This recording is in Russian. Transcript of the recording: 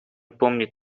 помнить